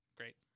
Great